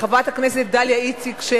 חברת הכנסת דליה איציק,